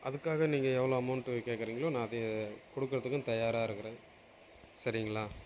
அதுக்காக நீங்கள் எவ்வளோ அமௌண்ட் கேட்குறீங்களோ நான் அதை கொடுக்கறதுக்கும் தயாராக இருக்கிறேன் சரிங்களா